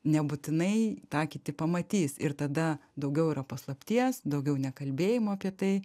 nebūtinai tą kiti pamatys ir tada daugiau yra paslapties daugiau nekalbėjimo apie tai